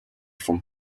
from